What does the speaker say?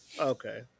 Okay